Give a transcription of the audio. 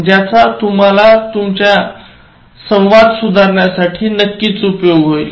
ज्याचा तुम्हाला तुमचा संवाद सुधारण्यासाठी नक्कीच उपयोग होईल